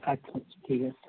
আচ্ছা আচ্ছা ঠিক আছে